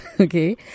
okay